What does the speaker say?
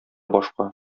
башка